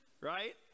right